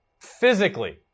physically